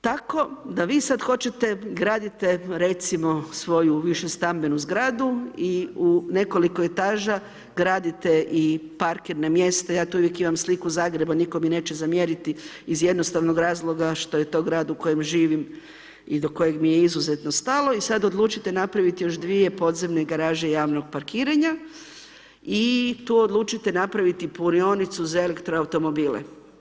Tako da vi sad hoćete gradite recimo svoju višestambenu zgradu i u nekoliko etaža gradite i parkirna mjesta, ja tu uvijek imam sliku Zagreba, nitko mi neće zamjeriti iz jednostavnog razloga što je to grad u kojem živim i do kojeg mi je izuzetno stalo, i sad odlučite napraviti još dvije podzemne garaže javnog parkiranja i tu odlučite napraviti punionionicu za elektroautomobile.